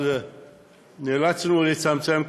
אבל נאלצנו לצמצם,